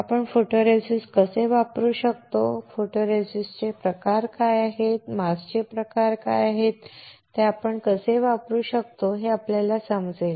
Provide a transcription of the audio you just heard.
आपण फोटोरेसिस्ट कसे वापरू शकतो फोटोरेसिस्टचे प्रकार काय आहेत मास्कचे प्रकार काय आहेत आणि आपण ते कसे वापरू शकतो हे आपल्याला समजेल